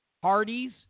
parties